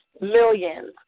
millions